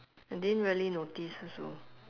I didn't really notice also